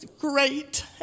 great